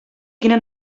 quina